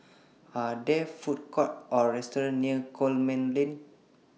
Are There Food Courts Or restaurants near Coleman Lane